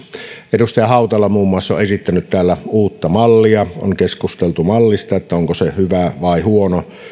edustaja hautala muun muassa on esittänyt täällä uutta mallia on keskusteltu mallista onko se hyvä vai huono